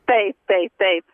taip taip taip